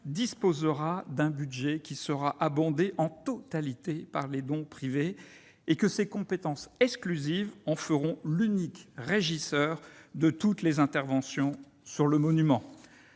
disposera d'un budget alimenté en totalité par les dons privés et que ses compétences exclusives en feront l'unique régisseur de toutes les interventions sur le monument.